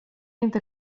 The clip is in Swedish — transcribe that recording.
inte